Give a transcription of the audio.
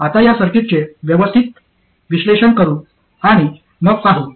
आता या सर्किटचे व्यवस्थित विश्लेषण करू आणि मग पाहू